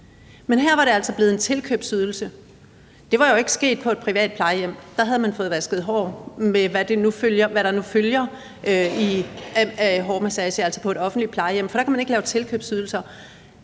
Men her var det altså blevet en tilkøbsydelse. Det var jo ikke sket på et offentligt plejehjem, for der havde man fået vasket hår, med hvad der nu følger af hårmassage, for der kan man ikke lave tilkøbsydelser.